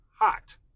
hot